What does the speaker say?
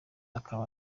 akaba